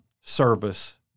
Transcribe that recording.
service